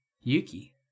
Yuki